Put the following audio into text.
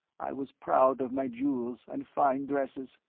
i was proud of my jewels and fine dresses.